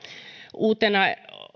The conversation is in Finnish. uutena